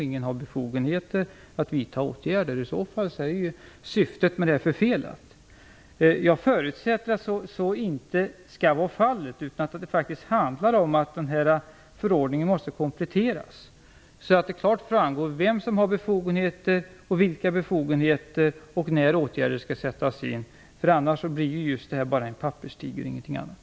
Ingen har befogenheter att vidta åtgärder. I så fall är syftet förfelat. Jag förutsätter att så inte skall vara fallet, utan att det faktiskt handlar om att förordningen måste kompletteras så att det klart framgår vem som har befogenheter, vilka befogenheter det handlar om och när åtgärder skall sättas in. Annars blir detta bara en papperstiger och ingenting annat.